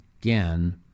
again